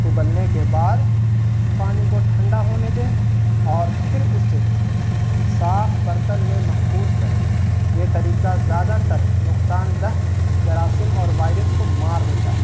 ابلنے کے بعد پانی کو ٹھنڈا ہونے دیں اور پھر اسے صاف برتن میں محفوظ کریں یہ طریقہ زیادہ تر نقصان دہ جراثم اور وائرس کو مار دیتا ہے